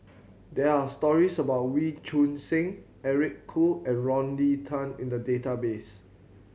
there are stories about Wee Choon Seng Eric Khoo and Rodney Tan in the database